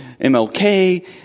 MLK